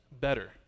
better